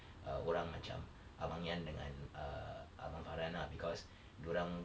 err orang macam abang yan dengan err abang farhan ah because dia orang